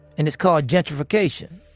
and it's called gentrification.